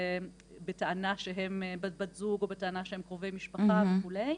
בטענה שהן בת זוג או בטענה שהם קרובי משפחה וכולי,